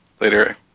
later